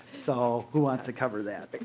so who wants to cover that?